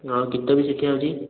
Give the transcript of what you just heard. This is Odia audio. ହଁ ଗୀତ ବି ଶିଖା ହେଉଛି